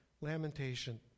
Lamentation